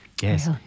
Yes